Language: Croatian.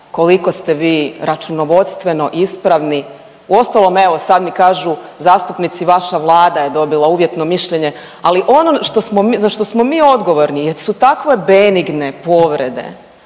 koliko ste vi računovodstveno ispravni, uostalom evo sad mi kažu zastupnici vaša Vlada je dobila uvjetno mišljenje, ali ono za što smo mi odgovorni jesu takve benigne povrede